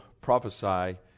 prophesy